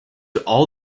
all